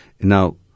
Now